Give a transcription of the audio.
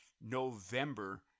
November